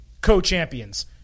Co-champions